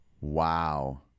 Wow